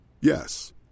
Yes